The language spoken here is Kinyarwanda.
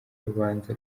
rubanza